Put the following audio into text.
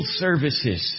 services